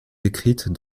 décrites